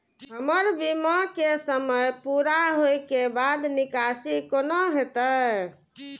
हमर बीमा के समय पुरा होय के बाद निकासी कोना हेतै?